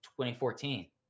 2014